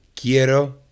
Quiero